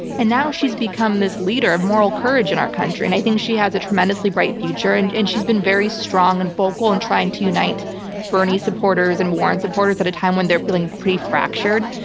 and now she's become this leader of moral courage in our country. and i think she has a tremendously bright future and and she's been very strong and vocal in and trying to unite bernie supporters and warren supporters at a time when they're feeling pretty fractured.